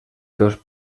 dos